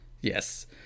Yes